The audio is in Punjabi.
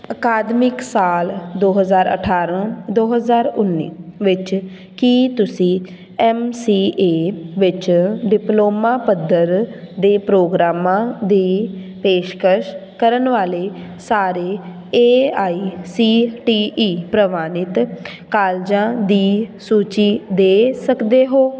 ਅਕਾਦਮਿਕ ਸਾਲ ਦੋ ਹਜ਼ਾਰ ਅਠਾਰਾਂ ਦੋ ਹਜ਼ਾਰ ਉੱਨੀ ਵਿੱਚ ਕੀ ਤੁਸੀਂ ਐਮ ਸੀ ਏ ਵਿੱਚ ਡਿਪਲੋਮਾ ਪੱਧਰ ਦੇ ਪ੍ਰੋਗਰਾਮਾਂ ਦੀ ਪੇਸ਼ਕਸ਼ ਕਰਨ ਵਾਲੇ ਸਾਰੇ A I C T E ਪ੍ਰਵਾਨਿਤ ਕਾਲਜਾਂ ਦੀ ਸੂਚੀ ਦੇ ਸਕਦੇ ਹੋ